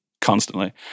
constantly